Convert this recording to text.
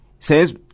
says